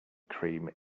cream